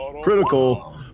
Critical